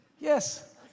Yes